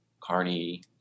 Carney